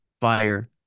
fire